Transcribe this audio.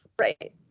Right